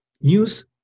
News